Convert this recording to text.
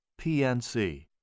PNC